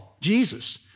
Jesus